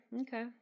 Okay